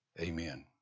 Amen